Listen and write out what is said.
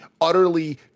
utterly